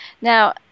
Now